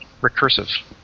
recursive